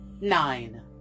Nine